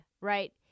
right